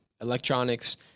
electronics